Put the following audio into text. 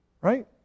right